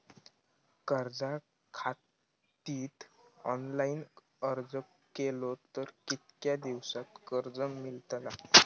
कर्जा खातीत ऑनलाईन अर्ज केलो तर कितक्या दिवसात कर्ज मेलतला?